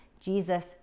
Jesus